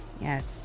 Yes